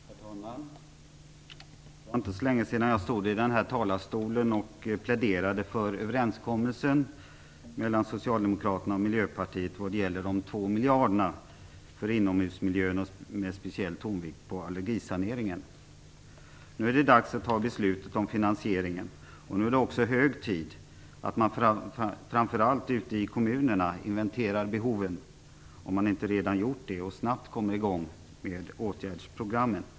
Herr talman! Det var inte länge sedan jag stod här i talarstolen och pläderade för överenskommelsen mellan socialdemokraterna och miljöpartiet vad gällde de två miljarderna för inomhusmiljön, med speciell tonvikt på allergisaneringen. Nu är det dags att fatta beslut om finansieringen. Nu är det också hög tid för framför allt kommunerna att inventera behoven, om man inte redan gjort det, så att man snabbt kommer i gång med åtgärdsprogrammen.